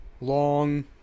long